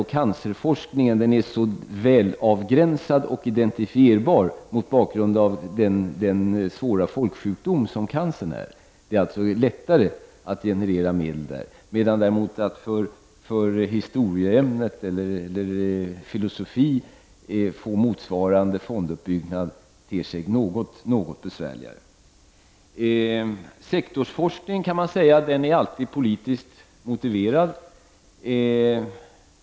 Cancerforskningen är väl avgränsad och identifierbar mot bakgrund av den svåra folksjukdom som cancer utgör, och därför är det lättare att generera medel till den. Däremot ter det sig något besvärligare att få motsvarande fonduppbyggnad för historieämnet eller för filosofi. Man kan säga att sektorsforskning alltid är politiskt motiverad.